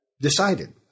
decided